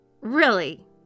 Really